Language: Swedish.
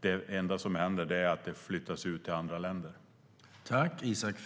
Det enda som händer är att det flyttas ut till andra länder.